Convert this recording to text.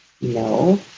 no